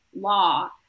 law